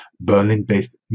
Berlin-based